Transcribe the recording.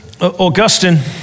Augustine